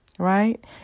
Right